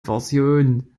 versionen